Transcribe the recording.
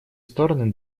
стороны